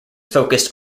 focused